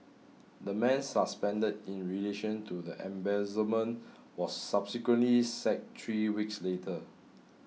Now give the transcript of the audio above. the man suspended in relation to the embezzlement was subsequently sacked three weeks later